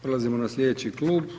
Prelazimo na sljedeći klub.